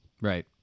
Right